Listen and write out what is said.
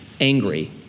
Angry